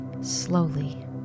slowly